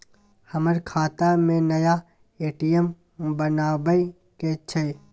हमर खाता में नया ए.टी.एम बनाबै के छै?